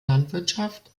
landwirtschaft